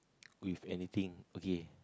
with anything okay